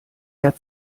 der